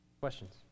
Questions